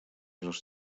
les